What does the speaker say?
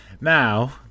Now